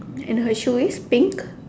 and her shoe is pink